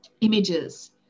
images